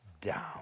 down